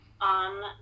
on